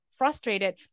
frustrated